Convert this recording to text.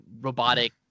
robotic